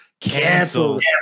Cancelled